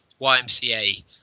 YMCA